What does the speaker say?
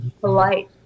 polite